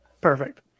Perfect